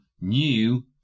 new